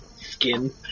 skin